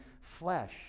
flesh